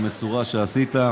בדרך כלל אני שוכח, אז נתחיל בזה.